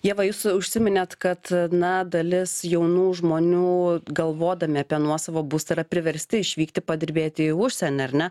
ieva jūs užsiminėt kad na dalis jaunų žmonių galvodami apie nuosavą būstą yra priversti išvykti padirbėti į užsienį ar ne